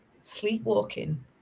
sleepwalking